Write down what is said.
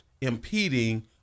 impeding